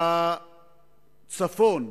בצפון,